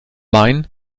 main